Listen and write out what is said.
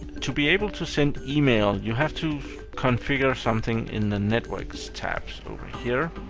to be able to send email, you have to configure something in the networks tabs over here.